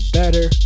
better